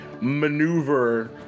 maneuver